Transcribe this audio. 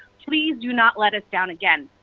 please do not let us down again.